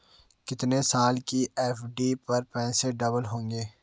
कितने साल की एफ.डी पर पैसे डबल होंगे?